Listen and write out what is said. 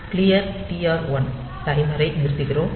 clear TR1 டைமரை நிறுத்துகிறோம்